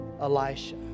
Elisha